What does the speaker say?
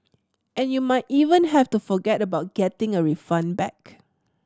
and you might even have to forget about getting a refund back